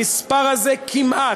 המספר הזה כמעט,